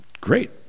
great